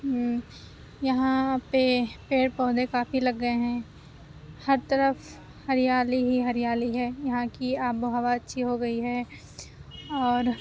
یہاں پہ پیڑ پودے کافی لگ گئے ہیں ہر طرف ہریالی ہی ہریالی ہے یہاں کی آب و ہوا اچھی ہو گئی ہے اور